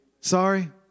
sorry